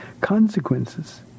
consequences